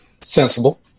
Sensible